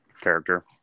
character